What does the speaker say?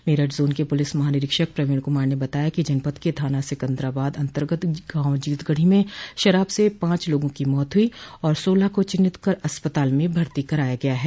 Meerut zone के police महानिरीक्षक प्रवीण कुमार ने बताया कि जनपद के थाना सिकन्दराबाद अन्तर्गत गाव जीतगढ़ी में शराब से पांच लोगों की मौत हुई और सोलह को चिन्हित कर अस्पताल में भर्ती कराया गया है